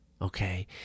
Okay